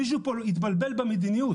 מישהו פה התבלבל במדיניות.